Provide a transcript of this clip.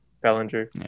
Bellinger